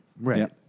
Right